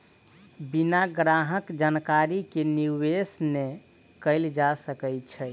बिना ग्राहक जानकारी के निवेश नै कयल जा सकै छै